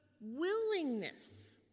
willingness